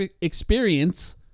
experience